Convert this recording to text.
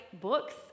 books